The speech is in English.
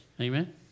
amen